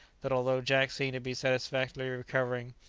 that although jack seemed to be satisfactorily recovering,